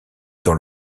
dans